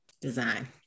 design